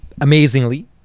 amazingly